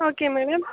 okay madam